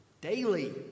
daily